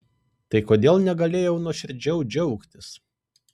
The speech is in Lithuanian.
tai kodėl negalėjau nuoširdžiau džiaugtis